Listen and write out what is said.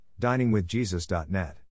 diningwithjesus.net